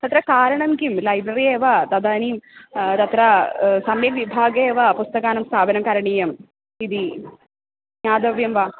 तत्र कारणं किं लैब्ररि एव तदानीं तत्र सम्यक् विभागे एव पुस्तकानां स्थापनं करणीयम् इति ज्ञातव्यं वा